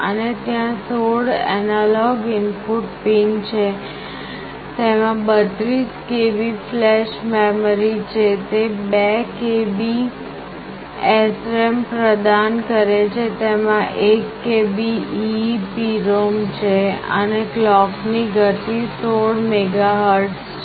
અને ત્યાં 16 analog input pin છે તેમાં 32KB ફ્લેશ મેમરી છે તે 2KB SRAM પ્રદાન કરે છે તેમાં 1KB EEPROM છે અને ક્લૉકની ગતિ 16 મેગાહર્ટઝ છે